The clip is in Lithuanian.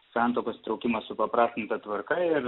santuokos traukimas supaprastinta tvarka ir